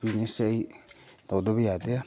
ꯕꯤꯖꯤꯅꯦꯁꯁꯦ ꯑꯩ ꯇꯧꯗꯕ ꯌꯥꯗꯦ